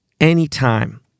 Anytime